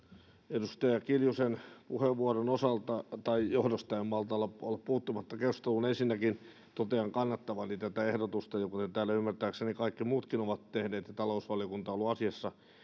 edustaja kiljusen puheenvuoron johdosta en malta olla puuttumatta keskusteluun ensinnäkin totean kannattavani tätä ehdotusta minkä täällä ymmärtääkseni kaikki muutkin ovat tehneet ja talousvaliokunta on ollut asiassa